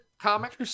comic